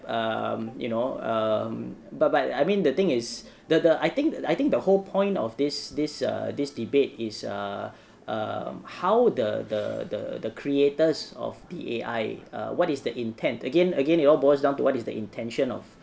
um you know um but but I mean the thing is the the I think I think the whole point of this this err this debate is err err how the the the the creators of the A_I err what is the intent again again it all boils down to what is the intention of